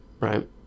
right